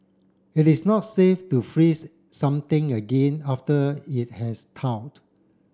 it is not safe to freeze something again after it has thawed